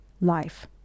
life